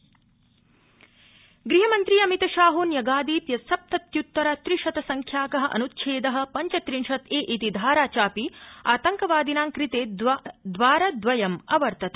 गहमन्त्री गृहमन्त्री अमितशाहो न्यगादीद यत् सप्तत्युत्तर त्रिशत संख्याक अनुच्छेद पंचत्रिंशत् ए त्रि धारा चापि आतंकवादिना कृते द्वारद्वयमवर्तत